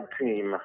team